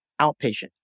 outpatient